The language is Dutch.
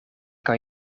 kan